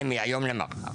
מהיום למחר.